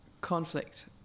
conflict